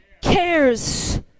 cares